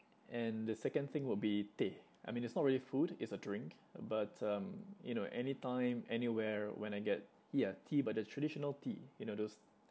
and the second thing would be teh I mean it's not really food it's a drink but um you know anytime anywhere when I get yeah tea but the traditional tea you know those